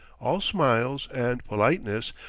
all smiles and politeness,